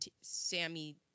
Sammy